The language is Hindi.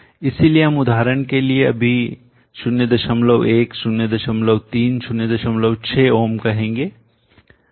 इसलिए हम उदाहरण के लिए अभी 01 03 06 ओम कहेंगे